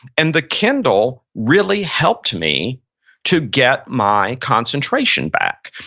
and the kindle really helped me to get my concentration back.